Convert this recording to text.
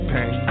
Pain